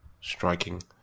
striking